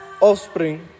offspring